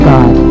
God